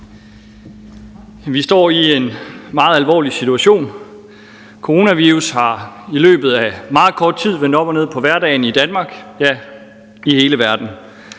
Vi står i en meget alvorlig situation. Coronavirus har i løbet af meget kort tid vendt op og ned på hverdagen i Danmark, ja, i hele verden.